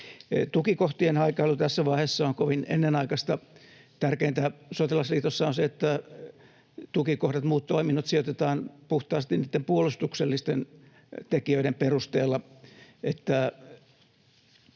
Tukikohtien haikailu tässä vaiheessa on kovin ennenaikaista. Tärkeintähän sotilasliitossa on se, että tukikohdat ja muut toiminnot sijoitetaan puhtaasti puolustuksellisten tekijöiden perusteella,